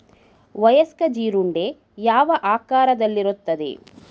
ವಯಸ್ಕ ಜೀರುಂಡೆ ಯಾವ ಆಕಾರದಲ್ಲಿರುತ್ತದೆ?